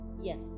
Yes